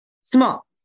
small